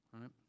right